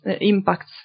impacts